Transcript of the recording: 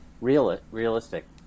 realistic